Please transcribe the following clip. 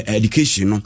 education